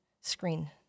screen